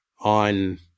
on